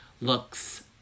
looks